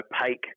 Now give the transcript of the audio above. opaque